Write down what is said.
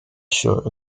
short